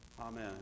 Amen